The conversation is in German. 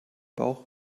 bauch